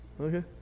okay